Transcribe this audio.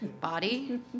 body